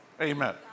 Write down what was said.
Amen